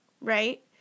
right